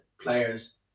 players